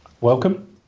Welcome